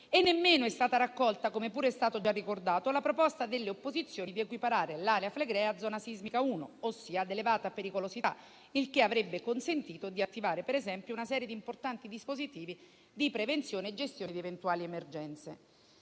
Nemmeno è stata raccolta, come pure è stato già ricordato, la proposta delle opposizioni di equiparare l'area flegrea a zona sismica 1, ossia ad elevata pericolosità, il che avrebbe consentito di attivare, per esempio, una serie di importanti dispositivi di prevenzione e gestione di eventuali emergenze.